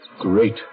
Great